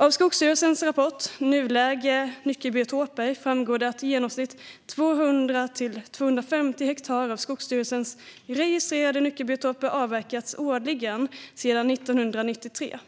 Av Skogsstyrelsens rapport om nuläget för nyckelbiotoper framgår att i genomsnitt 200-250 hektar av Skogsstyrelsen registrerade nyckelbiotoper har avverkats årligen sedan 1993.